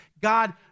God